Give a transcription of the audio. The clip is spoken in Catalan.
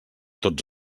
tots